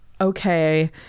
okay